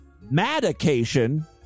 medication